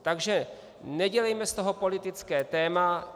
Takže nedělejme z toho politické téma.